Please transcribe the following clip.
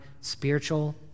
spiritual